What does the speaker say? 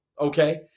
okay